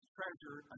treasure